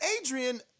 Adrian